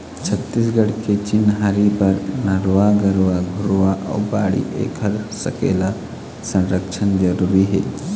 छत्तीसगढ़ के चिन्हारी बर नरूवा, गरूवा, घुरूवा अउ बाड़ी ऐखर सकेला, संरक्छन जरुरी हे